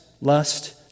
lust